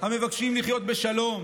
המבקשים לחיות בשלום,